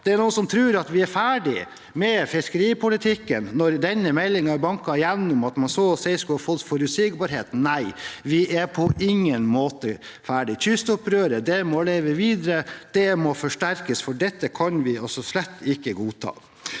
Det er noen som tror at vi er ferdige med fiskeripolitikken når denne meldingen er banket gjennom – at man så å si skulle få forutsigbarhet. Nei, vi er på ingen måte ferdige. Kystopprøret må leve videre. Det må forsterkes, for dette kan vi slett ikke godta.